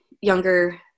younger